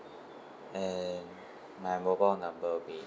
and my mobile number would be